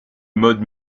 mode